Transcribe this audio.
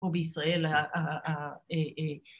ובישראל